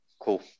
Cool